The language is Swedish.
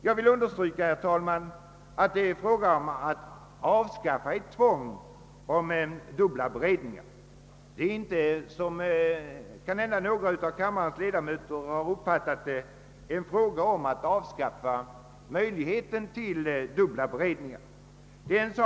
Jag vill understryka att det är fråga om att avskaffa ett tvång om dubbla beredningar och inte — som kanske några av kammarens ledamöter uppfattat saken — fråga om att avskaffa möjligheten till dubbla beredningar.